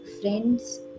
friends